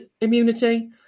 immunity